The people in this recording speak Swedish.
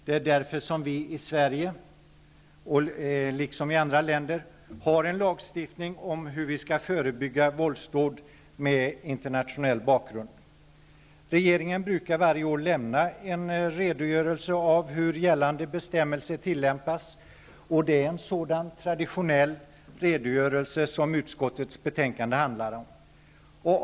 Det är därför vi i Sverige liksom i andra länder har en lagstiftning om hur vi skall förebygga våldsdåd med internationell bakgrund. Regeringen brukar varje år lämna en redogörelse över hur gällande bestämmelser tillämpas. Det är en sådan traditionell redogörelse som utskottets betänkande handlar om.